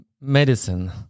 medicine